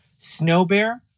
Snowbear